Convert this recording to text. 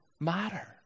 matter